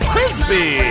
Crispy